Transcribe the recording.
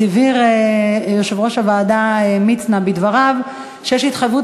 אז הבהיר יושב-ראש הוועדה מצנע בדבריו שיש התחייבות